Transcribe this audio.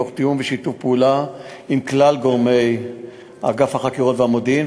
בתיאום ובשיתוף פעולה עם כלל גורמי אגף החקירות והמודיעין,